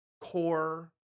core